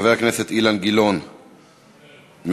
חבר הכנסת אילן גילאון, מוותר.